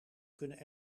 kunnen